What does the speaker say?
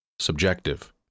subjective